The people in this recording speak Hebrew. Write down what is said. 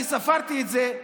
אני ספרתי את זה,